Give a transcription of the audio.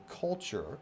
culture